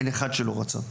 אין אחד שלא רצה.